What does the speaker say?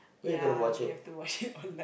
ya you have to watch it online to